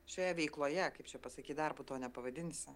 šioje veikloje kaip čia pasakyt darbu to nepavadinsi